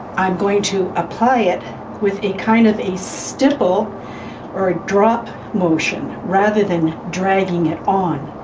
i'm going to apply it with a kind of a stipple or a drop motion rather than dragging it on.